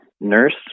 Nurse